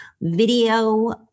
video